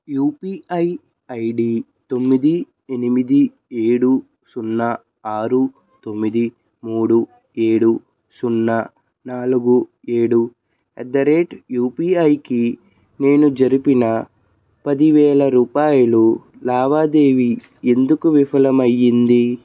UPI ID తొమ్మిది ఎనిమిది ఏడు సున్నా ఆరు తొమ్మిది మూడు ఏడు సున్నా నాలుగు ఏడు ఎట్ ద రేట్ యూపీఐకి నేను జరిపిన పది వేల రూపాయలు లావాదేవీ ఎందుకు విఫలం అయ్యింది